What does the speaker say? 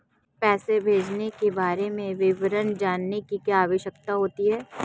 पैसे भेजने के बारे में विवरण जानने की क्या आवश्यकता होती है?